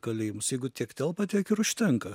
kalėjimus jeigu tiek telpa tiek ir užtenka